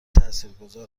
تاثیرگذار